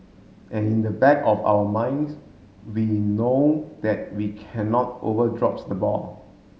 and in the back of our minds we know that we cannot over drops the ball